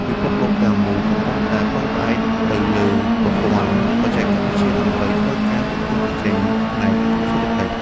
ពិភពលោកទាំងមូលកំពុងតែពឹងផ្អែកទៅលើប្រព័ន្ធបច្ចេកវិទ្យា ដើម្បីធ្វើការប្រកួតប្រជែងផ្នែកសេដ្ឋកិច្ច។